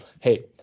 hey